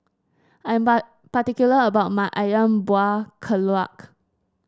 I am particular about my ayam Buah Keluak